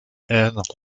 and